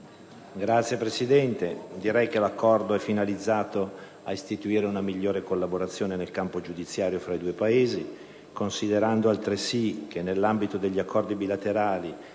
Signor Presidente, l'Accordo è finalizzato ad istituire una migliore collaborazione nel campo giudiziario tra i due Paesi, considerando altresì che nell'ambito degli accordi bilaterali